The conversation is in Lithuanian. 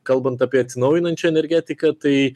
kalbant apie atsinaujinančią energetiką tai